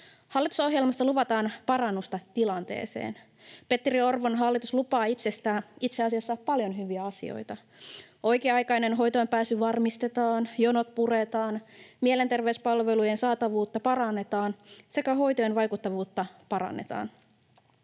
Hallitusohjelmassa luvataan parannusta tilanteeseen. Petteri Orpon hallitus lupaa itse asiassa paljon hyviä asioita: oikea-aikainen hoitoonpääsy varmistetaan, jonot puretaan, mielenterveyspalvelujen saatavuutta parannetaan sekä hoitojen vaikuttavuutta parannetaan.